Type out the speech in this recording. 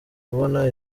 kubona